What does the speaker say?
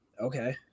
Okay